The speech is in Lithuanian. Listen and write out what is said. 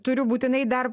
turiu būtinai dar